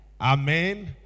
Amen